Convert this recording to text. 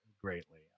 greatly